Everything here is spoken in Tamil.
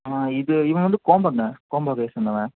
ஆ இது இவன் வந்து கோம்பங்க கோம்பை வகையை சேர்ந்தவன்